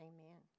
Amen